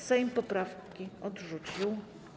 Sejm poprawki odrzucił.